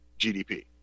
GDP